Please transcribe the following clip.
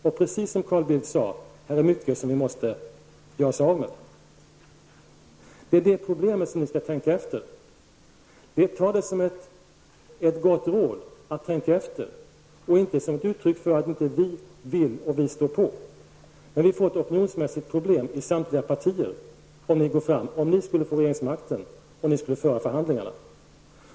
Det är precis som Carl Bildt sade: Här finns mycket som vi måste göra oss av med. Det är detta problem som gör att ni måste tänka efter. Ta min uppmaning att tänka efter som ett gott råd och inte som ett uttryck för att vi socialdemokrater inte står fast. Ni kommer att få ett opinionsmässigt problem i samtliga partier om ni skulle få regeringsmakten och skulle föra förhandlingarna.